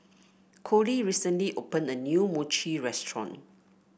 Colie recently opened a new Mochi restaurant